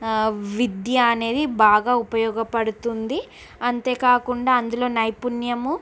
విద్య అనేది బాగా ఉపయోగపడుతుంది అంతే కాకుండా అందులో నైపుణ్యము